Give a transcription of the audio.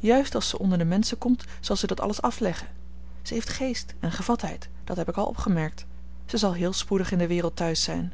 juist als zij onder de menschen komt zal zij dat alles afleggen zij heeft geest en gevatheid dat heb ik al opgemerkt zij zal heel spoedig in de wereld thuis zijn